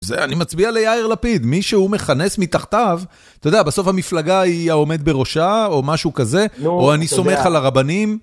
זה, אני מצביע ליאיר לפיד, מי שהוא מכנס מתחתיו, אתה יודע, בסוף המפלגה היא עומד בראשה או משהו כזה, או אני סומך על הרבנים.